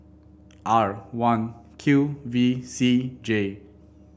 R one Q V C J